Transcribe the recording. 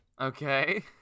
Okay